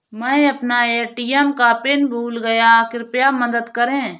मै अपना ए.टी.एम का पिन भूल गया कृपया मदद करें